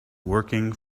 working